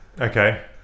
Okay